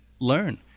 learn